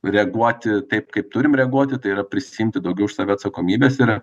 reaguoti taip kaip turim reaguoti tai yra prisiimti daugiau už save atsakomybės ir